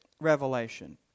revelation